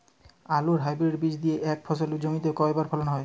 আলুর হাইব্রিড বীজ দিয়ে এক ফসলী জমিতে কয়বার ফলন পাব?